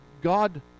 God